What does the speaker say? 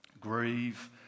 grieve